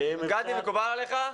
גדי, מקובל עליך?